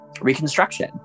reconstruction